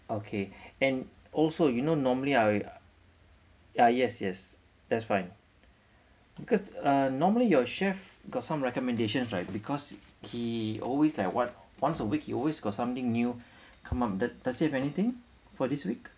okay and also you know normally I ah yes yes that's fine because uh normally your chef got some recommendations right because he always like what once a week he always got something new come out does does he have anything for this week